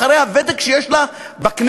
אחרי הוותק שיש לה בכנסת,